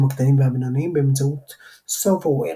הקטנים והבינוניים באמצעות SofaWare,